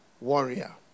warrior